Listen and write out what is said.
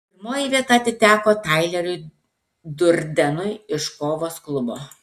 pirmoji vieta atiteko taileriui durdenui iš kovos klubo